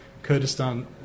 Kurdistan